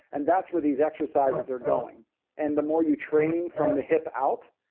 and that's where these exercises are going and the more you train from the hip out.